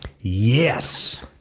Yes